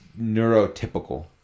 neurotypical